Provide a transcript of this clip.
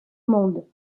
monde